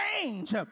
change